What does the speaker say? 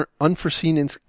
unforeseen